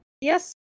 Yes